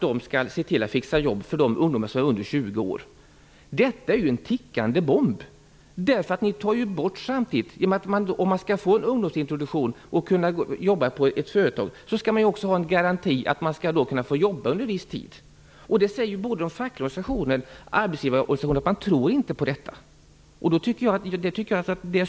Dessa skall fixa jobb åt ungdomar under 20 år. Men det är en tickande bomb. För att få ungdomsintroduktion och möjlighet att jobba på ett företag behövs det en garanti om att få jobba under en viss tid. Varken de fackliga organisationerna eller arbetsgivarorganisationerna säger sig tro på detta.